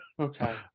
Okay